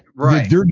Right